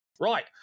Right